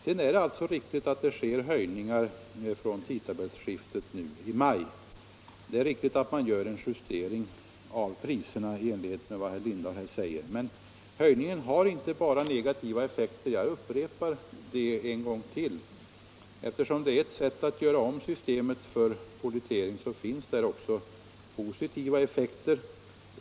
Sedan är det riktigt att det sker höjningar från tidtabellsskiftet i maj och att det då görs en justering av priserna i enlighet med vad herr Lindahl i Hamburgsund här sade. Men jag upprepar att den höjningen har inte bara negativa effekter. Eftersom detta är ett sätt att göra om systemet med pollettering finns det också positiva effekter.